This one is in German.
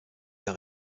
der